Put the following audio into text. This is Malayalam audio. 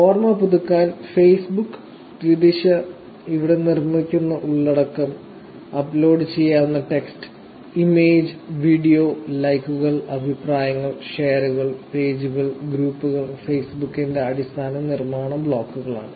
ഓർമ്മ പുതുക്കാൻ ഫേസ്ബുക്ക് ദ്വിദിശ ഇവിടെ നിർമ്മിക്കുന്ന ഉള്ളടക്കം അപ്ലോഡ് ചെയ്യാവുന്ന ടെക്സ്റ്റ് ഇമേജ് വീഡിയോ ലൈക്കുകൾ അഭിപ്രായങ്ങൾ ഷെയറുകൾ പേജുകളും ഗ്രൂപ്പുകളും ഫേസ്ബുക്കിന്റെ അടിസ്ഥാന നിർമാണ ബ്ലോക്കുകളാണ്